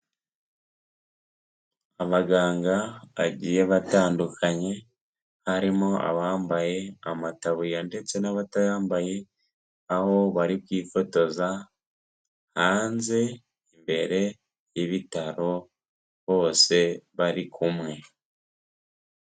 Abaganga bagiye batandukanye, harimo abambaye amataburiya ndetse n'abatayambaye, aho bari kwifotoza hanze imbere y'ibitaro bose bari kumwe.